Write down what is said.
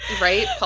Right